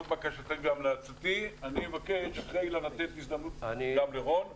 בקשתי היא לתת הזדמנות גם לרון להתייחס.